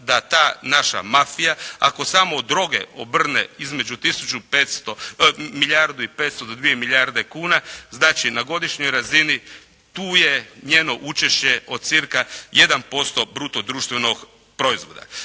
da ta naša mafija, ako samo od droge obrne između milijardu i 500 do 2 milijarde kuna, znači na godišnjoj razini tu je njeno učešće od cca 1% bruto društvenog proizvoda.